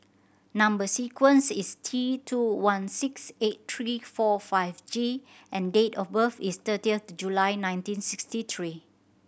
number sequence is T two one six eight three four five G and date of birth is thirtieth July nineteen sixty three